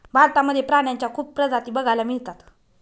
भारतामध्ये प्राण्यांच्या खूप प्रजाती बघायला मिळतात